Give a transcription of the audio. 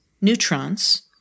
neutrons